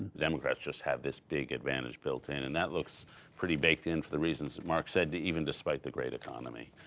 the democrats just have this big advantage built in. and that looks pretty baked in, for the reasons mark said, even despite the great economy.